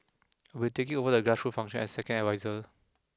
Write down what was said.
I'll be taking over the grassroot function as second adviser